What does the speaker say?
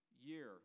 year